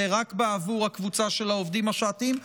רק בעבור הקבוצה של העובדים השעתיים,